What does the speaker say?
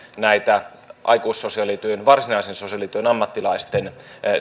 näitä aikuissosiaalityön varsinaisen sosiaalityön ammattilaisten